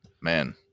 man